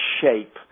shape